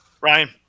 Ryan